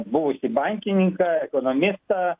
buvusį bankininką ekonomistą